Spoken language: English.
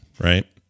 Right